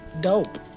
Dope